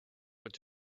would